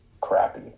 crappy